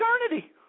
eternity